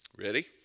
Ready